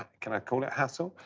can i call it hassle?